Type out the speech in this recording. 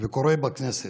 זה קורה בכנסת.